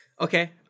Okay